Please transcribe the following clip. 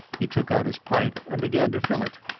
he took out his pipe and began to fill it.